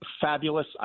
fabulous